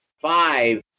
five